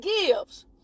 gives